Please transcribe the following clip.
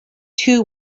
two